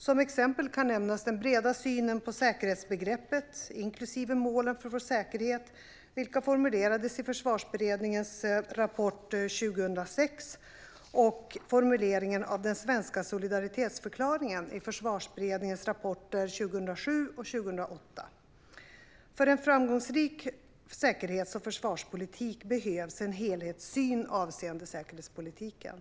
Som exempel kan nämnas den breda synen på säkerhetsbegreppet, inklusive målen för vår säkerhet, vilka formulerades i Försvarsberedningens rapport 2006, och formuleringen av den svenska solidaritetsförklaringen i Försvarsberedningens rapporter 2007 och 2008. För en framgångsrik säkerhets och försvarspolitik behövs en helhetssyn avseende säkerhetspolitiken.